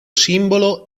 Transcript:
simbolo